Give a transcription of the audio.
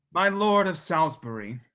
my lord of salisbury,